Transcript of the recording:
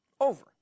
Over